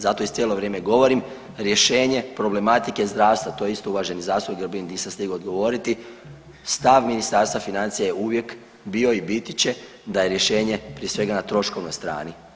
Zato i cijelo vrijeme govorim rješenje problematike zdravstva, to je isto uvaženi zastupnik Grbin nisam uspio odgovoriti, stav Ministarstva financija je uvijek bio i biti će da je rješenje prije svega na troškovnoj strani.